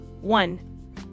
One